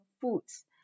foods